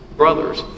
brother's